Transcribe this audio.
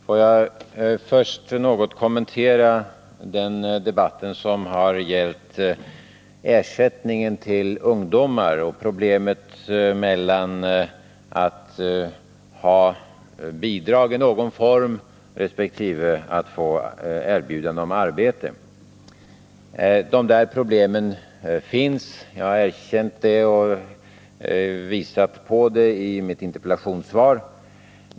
Herr talman! Får jag först något kommentera den del av debatten som har gällt ersättningen till ungdomar och problemet att ha bidrag i någon form resp. att få erbjudan om arbete. Det problemet finns — jag har erkänt det och visat på det i mitt interpellationssvar.